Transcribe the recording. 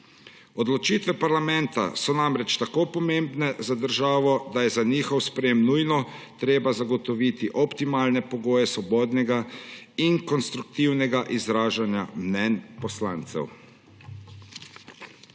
Odločitve parlamenta so namreč tako pomembne za državo, da je za njihov sprejem nujno treba zagotoviti optimalne pogoje svobodnega in konstruktivnega izražanja mnenj poslancev.